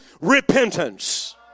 repentance